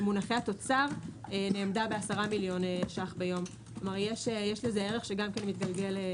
מונחי התוצר נאמדה ב-10 מיליון ₪ ביום כלומר יש לזה ערך שמתגלגל.